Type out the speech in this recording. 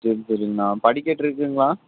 சரி சரிங்ண்ணா படிக்கட்டு இருக்குங்களா